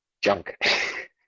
junk